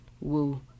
Woo